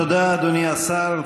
תודה, אדוני השר.